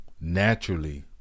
naturally